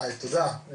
היי, תודה.